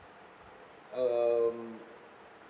um